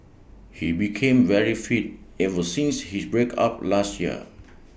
he became very fit ever since his break up last year